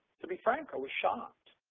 to be frank, i was shocked.